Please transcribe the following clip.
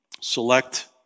select